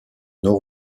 nord